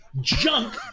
junk